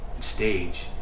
stage